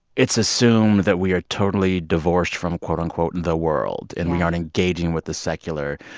it's assumed that we are totally divorced from, quote-unquote, and the world and we aren't engaging with the secular.